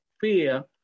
fear